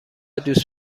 دوست